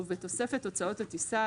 ובתוספת הוצאות הטיסה,